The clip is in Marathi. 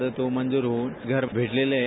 तर तो मंजूर होऊन घर भेटलेलं आहे